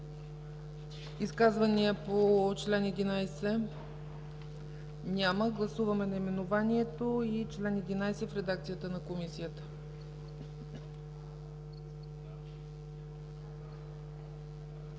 Изказвания по чл. 11? Няма. Гласуваме наименованието и чл. 11 в редакцията на Комисията.